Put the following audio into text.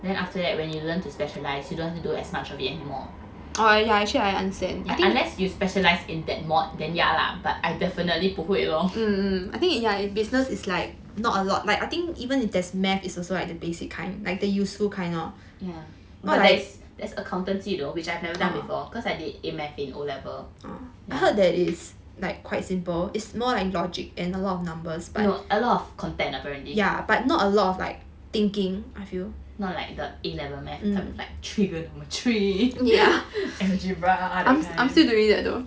then after that when you learn to specialise you don't have to do as much of it anymore unless you specialise in that mod then ya lah but I definitely 不会 lor yeah oh there's accountancy though which I never done before cause I did A math in O level yeah no a lot of content apparently not like the A level math type like trigonometry algebra that kind